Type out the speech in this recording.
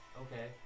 Okay